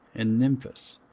and nymphas,